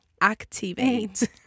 activate